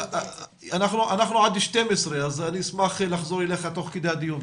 אנחנו כאן עד 12:00 אז נשמח לחזור אליך תוך כדי הדיון,